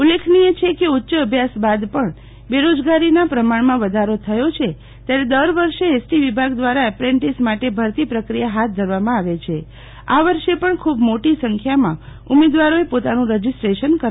ઉલ્લેખનીય છે કે ઉચ્ચ અભ્યાસ બાદ પણ બેરોજગારીના પ્રમાણમાં વધારો થયો છે ત્યારે દર વર્ષે એસટી વિભાગ દ્વારા એપ્રેન્ટીસ માટે ભરતી પ્રક્રિયા હાથ ધરવામાં આવે છે આ વર્ષે પણ ખુબ મોટી સંખ્યામાં ઉમેદવારોએ પોતાનું રજીસ્ટ્રેશન કરાવ્યું હતું